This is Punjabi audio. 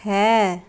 ਹੈ